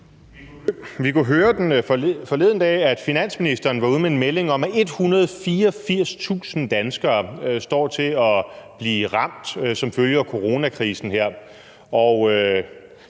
dag høre, at finansministeren var ude med en melding om, at 184.000 danskere står til at blive ramt som følge af coronakrisen,